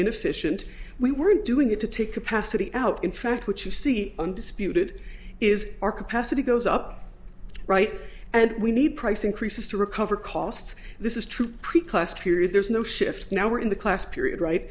inefficient we weren't doing it to take capacity out in fact what you see undisputed is our capacity goes up right and we need price increases to recover costs this is true period there's no shift now we're in the class period right